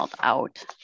out